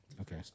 Okay